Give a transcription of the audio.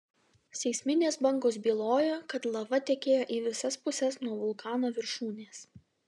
seisminės bangos byloja kad lava tekėjo į visas puses nuo vulkano viršūnės